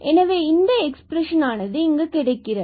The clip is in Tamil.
எனவே இந்த எக்ஸ்பிரஷன் ஆனது இங்கு கிடைக்கிறது